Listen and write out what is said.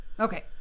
Okay